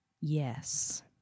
Yes